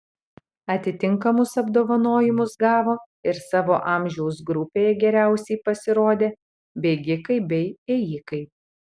atitinkamus apdovanojimus gavo ir savo amžiaus grupėje geriausiai pasirodę bėgikai bei ėjikai